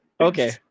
okay